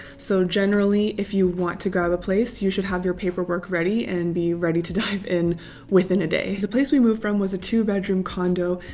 so generally, if you want to grab a place you should have your paperwork ready and be ready to dive in within a day. the place we moved from was a two-bedroom condo.